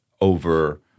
Over